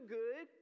good